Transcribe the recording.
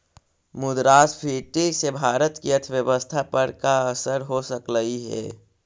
मुद्रास्फीति से भारत की अर्थव्यवस्था पर का असर हो सकलई हे